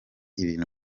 ibintu